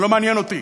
זה לא מעניין אותי.